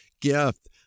gift